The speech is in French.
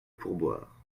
pourboire